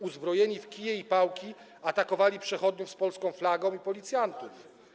Uzbrojeni w kije i pałki atakowali przechodniów z polską flagą i policjantów.